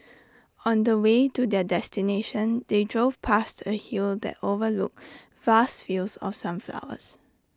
on the way to their destination they drove past A hill that overlooked vast fields of sunflowers